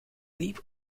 liep